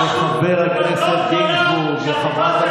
הסכרינית.